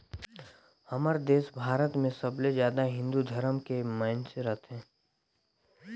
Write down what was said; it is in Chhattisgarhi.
हमर देस भारत मे सबले जादा हिन्दू धरम के मइनसे रथें